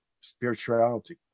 spirituality